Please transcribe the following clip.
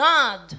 God